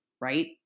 right